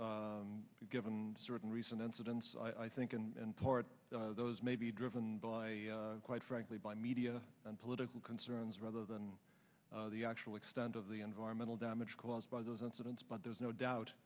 given certain recent incidents i think and part of those may be driven by quite frankly by media and political concerns rather than the actual extent of the environmental damage caused by those incidents but there's no doubt